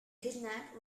kidnap